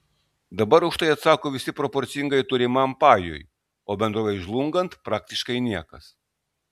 dabar už tai atsako visi proporcingai turimam pajui o bendrovei žlungant praktiškai niekas